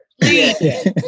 Please